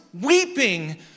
weeping